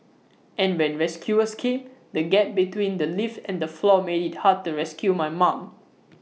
and when rescuers came the gap between the lift and the floor made IT hard to rescue my mum